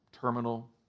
terminal